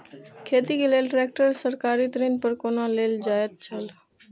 खेती के लेल ट्रेक्टर सरकारी ऋण पर कोना लेल जायत छल?